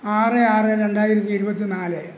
ആറ് ആറ് രണ്ടായിരത്തി ഇരുപത്തി നാല്